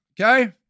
Okay